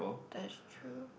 that's true